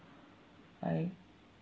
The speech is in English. I